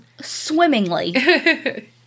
swimmingly